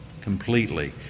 completely